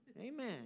Amen